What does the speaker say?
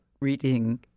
Reading